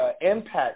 impact